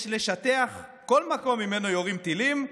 יש לשטח כל מקום שממנו יורים טילים,